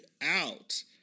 out